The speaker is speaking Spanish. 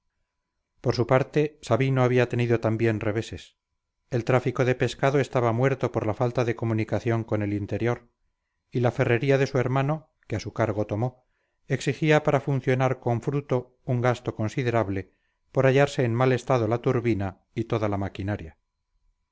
por su parte sabino había tenido también reveses el tráfico de pescado estaba muerto por la falta de comunicación con el interior y la ferrería de su hermano que a su cargo tomó exigía para funcionar con fruto un gasto considerable por hallarse en mal estado la turbina y toda la maquinaria